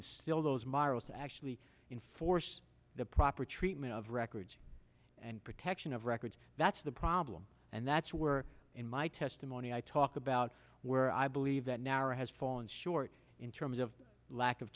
instill those morrows to actually enforce the proper treatment of records and protection of records that's the problem and that's where in my testimony i talk about where i believe that narrow has fallen short in terms of lack of